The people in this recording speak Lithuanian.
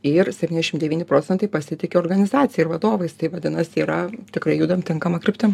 ir septyniasdešim devyni procentai pasitiki organizacija ir vadovais tai vadinasi yra tikrai judam tinkama kryptim